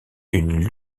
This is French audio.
une